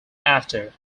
after